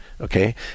Okay